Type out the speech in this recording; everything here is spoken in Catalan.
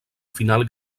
final